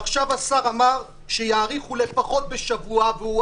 עכשיו השר אמר שיאריכו לפחות בשבוע והוא